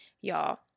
y'all